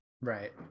Right